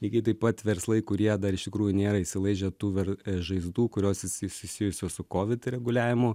lygiai taip pat verslai kurie dar iš tikrųjų nėra išsilaižę tų ver žaizdų kurios susi susijusios su covid reguliavimu